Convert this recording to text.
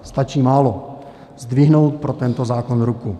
Stačí málo zdvihnout pro tento zákon ruku.